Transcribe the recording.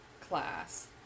class